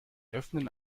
öffnen